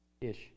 ish